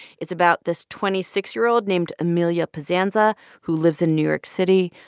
it's about this twenty six year old named amelia possanza who lives in new york city.